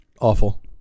awful